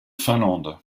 finlande